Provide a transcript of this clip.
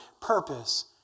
purpose